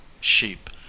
SHEEP